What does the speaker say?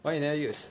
why you never use